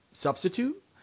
substitute